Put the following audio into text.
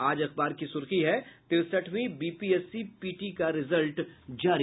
आज अखबार की सुर्खी है तिरसठवीं बीपीएससी पीटी का रिजल्ट जारी